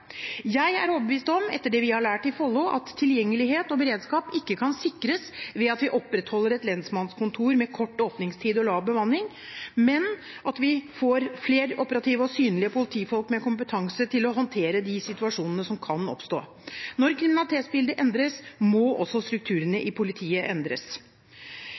Jeg er overbevist om – etter det vi har lært i Follo – at tilgjengelighet og beredskap ikke kan sikres ved at vi opprettholder et lensmannskontor med kort åpningstid og lav bemanning, men ved at vi får flere operative og synlige politifolk med kompetanse til å håndtere de situasjonene som kan oppstå. Når kriminalitetsbildet endres, må også strukturene i politiet endres.